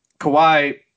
Kawhi